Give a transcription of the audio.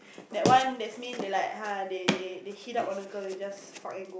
that one that's mean they like they they they hit up on a girl and just fuck and go